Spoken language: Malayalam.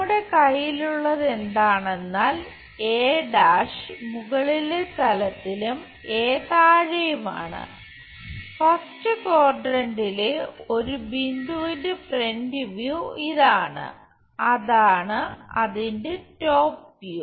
നമ്മുടെ കയ്യിലുള്ളത് എന്താണെന്നാൽ a' മുകളിലെ തലത്തിലും താഴെയുമാണ് ഫസ്റ്റ് ക്വാഡ്രന്റിലെ ഒരു ബിന്ദുവിന്റെ ഫ്രന്റ് വ്യൂ ഇതാണ് ഇതാണ് അതിന്റെ ടോപ് വ്യൂ